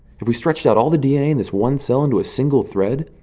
if we stretched out all the dna in this one cell into a single thread,